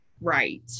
Right